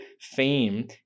fame